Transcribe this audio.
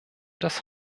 das